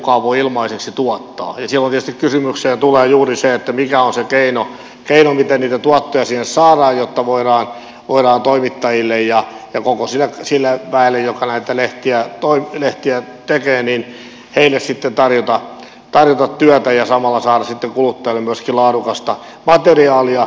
silloin tietysti kysymykseen tulee juuri se mikä on se keino miten niitä tuottoja sinne saadaan jotta voidaan toimittajille ja koko sille väelle joka näitä lehtiä tekee sitten tarjota työtä ja samalla saada sitten kuluttajalle myöskin laadukasta materiaalia